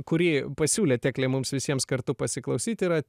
kurį pasiūlė teklė mums visiems kartu pasiklausyti yra